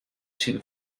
two